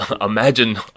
Imagine